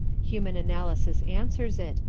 human analysis answers it,